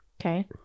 Okay